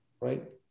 right